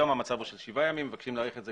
היום המצב הוא של שבעה ימים, מבקשים להאריך את זה